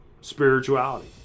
spirituality